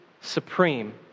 supreme